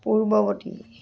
পূৰ্ৱৱৰ্তী